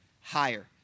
Higher